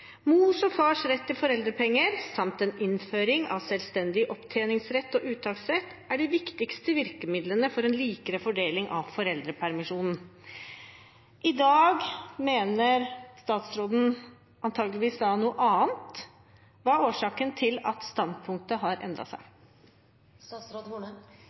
«mors og fars rett til foreldrepenger, samt en innføring av selvstendig opptjeningsrett og uttaksrett, er de viktigste virkemidlene for en likere fordeling av foreldrepermisjonen». I dag mener statsråden antageligvis noe annet. Hva er årsaken til at standpunktet har